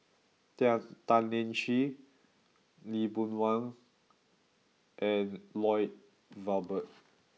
Tian Tan Lian Chye Lee Boon Wang and Lloyd Valberg